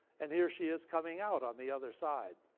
and here she is coming out, on the other side.